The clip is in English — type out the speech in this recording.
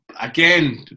again